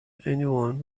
anyone